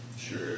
sure